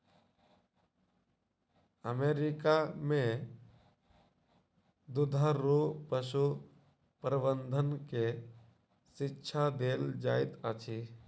America में दुधारू पशु प्रबंधन के शिक्षा देल जाइत अछि